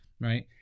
right